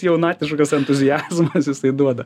jaunatviškas entuziazmas jisai duoda